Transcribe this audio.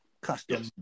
custom